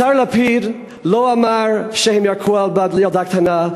השר לפיד לא אמר שהם ירקו על ילדה קטנה,